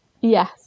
Yes